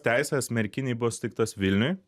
teisės merkinei buvo suteiktos vilniuj